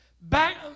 Back